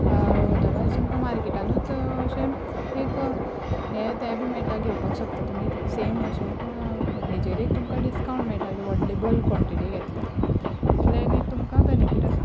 आदरवायस तुमकां मार्केटांनूच अशें एक हें तें बी मेळटा घेवपाक शकता तुमी सेम भशेन पूण हेजेर एक तुमकां डिस्काउंट मेळटा कॉन्टिटी घेतल्यार इतलें आनी तुमकां बेनिफीट आसा